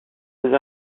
des